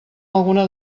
alguna